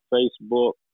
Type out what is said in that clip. Facebook